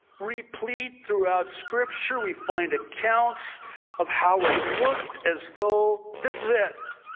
replete throughout scripture, we find accounts of how it looked as though this is it,